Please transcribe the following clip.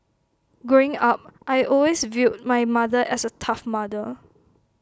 growing up I'd always viewed my mother as A tough mother